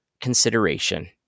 consideration